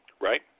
right